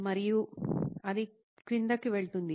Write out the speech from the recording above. మరియు అది క్రిందికి వెళ్తుంది